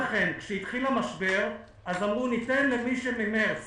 כשהתחיל המשבר אמרו: ניתן למי שממרס